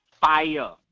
Fire